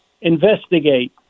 investigate